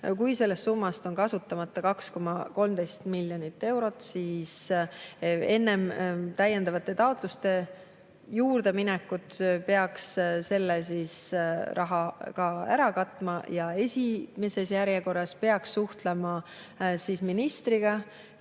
Kui sellest summast on kasutamata 2,13 miljonit eurot, siis enne täiendavate taotluste juurde minekut peaks kõigepealt selle raha ära katma. Ja esimeses järjekorras peaks suhtlema ministriga,